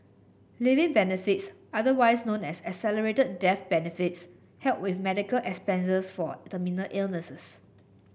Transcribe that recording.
living benefits otherwise known as accelerated death benefits help with medical expenses for terminal illnesses